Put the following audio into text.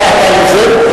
אתה היוזם?